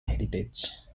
heritage